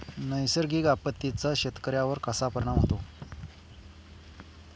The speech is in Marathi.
नैसर्गिक आपत्तींचा शेतकऱ्यांवर कसा परिणाम होतो?